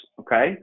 okay